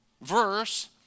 verse